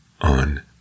On